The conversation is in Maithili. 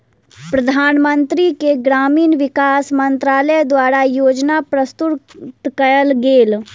प्रधानमंत्री के ग्रामीण विकास मंत्रालय द्वारा योजना प्रस्तुत कएल गेल